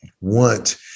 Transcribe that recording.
want